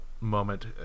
moment